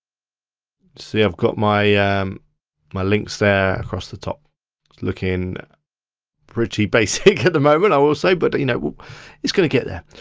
see i've got my um my links there across the top. it's looking pretty basic at the moment, i will say, but you know it's gonna get there.